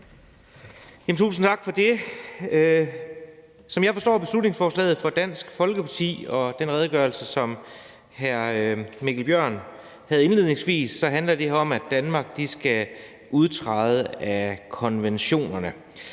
Tusind tak for det. Som jeg forstår beslutningsforslaget fra Dansk Folkeparti og den begrundelse, som hr. Mikkel Bjørn kom med indledningsvis, handler det her om, at Danmark skal udtræde af konventionerne.